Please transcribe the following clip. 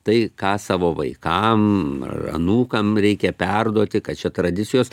tai ką savo vaikam ar anūkam reikia perduoti kad čia tradicijos